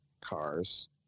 cars